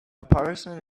person